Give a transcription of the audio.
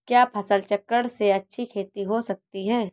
क्या फसल चक्रण से अच्छी खेती हो सकती है?